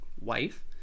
wife